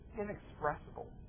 inexpressible